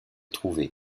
trouvées